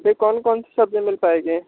फिर कौन कौन सी सब्जी मिल पाएगी